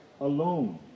alone